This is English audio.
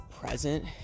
present